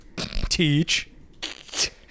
teach